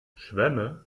schwämme